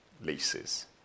leases